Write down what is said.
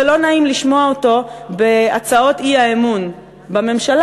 ולא נעים לשמוע אותו בהצעות האי-אמון בממשלה,